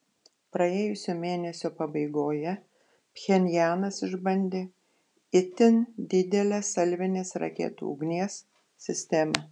praėjusio mėnesio pabaigoje pchenjanas išbandė itin didelę salvinės raketų ugnies sistemą